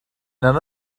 none